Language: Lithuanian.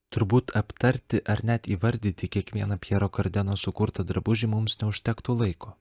turbūt aptarti ar net įvardyti kiekvieną pjero kardeno sukurtą drabužį mums neužtektų laiko